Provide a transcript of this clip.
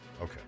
Okay